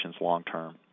long-term